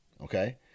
okay